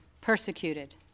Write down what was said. persecuted